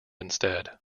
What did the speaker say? instead